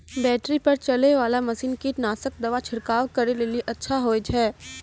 Battery पर चलै वाला मसीन कीटनासक दवा छिड़काव करै लेली अच्छा होय छै?